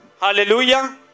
Hallelujah